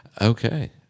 okay